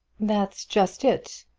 that's just it.